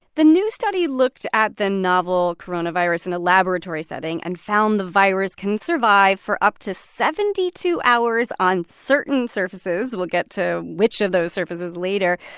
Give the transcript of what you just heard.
the new study looked at the novel coronavirus in a laboratory setting and found the virus can survive for up to seventy two hours on certain surfaces. we'll get to which of those surfaces later.